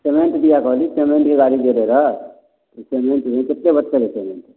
payment दिआ कहली पेमेण्टके गाड़ी गेलै रऽ पेमेण्ट रहे कतेक बचल है पेमेण्ट